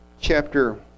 chapter